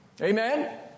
Amen